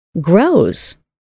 grows